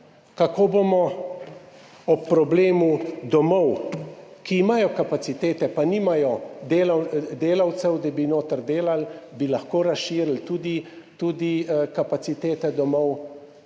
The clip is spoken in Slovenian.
kako bomo ob problemu domov, ki imajo kapacitete, pa nimajo delavcev, da bi noter delali, bi lahko razširili tudi kapacitete domov.